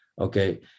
okay